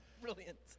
Brilliant